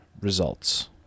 results